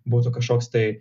būtų kažkoks tai